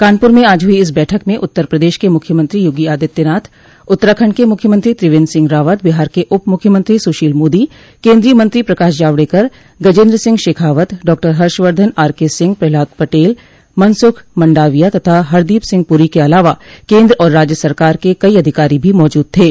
कानपुर में आज हुई इस बैठक में उत्तर प्रदेश के मुख्यमंत्री योगी आदित्यनाथ उत्तराखंड के मुख्यमंत्री त्रिवेन्द्र सिंह रावत बिहार के उप मुख्यमंत्री सुशील मोदी केन्द्रीय मंत्री Prakash Javadekar Gajendra Singh Shekhawat doctor Harshvardhan R K Singh Prahlad Patel Mansukh Mandaviya तथा हरदीप सिंह पुरी के अलावा केन्द्र और राज्य सरकार के कई अधिकारी भी मौजूद थे